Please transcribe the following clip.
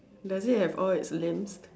does it have all its limbs